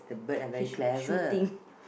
she she's shooting